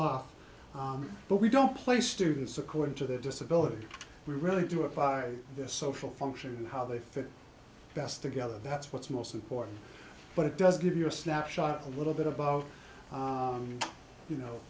off but we don't place students according to their disability we really do it by this social function and how they fit best together that's what's most important but it does give your snapshot a little bit about you know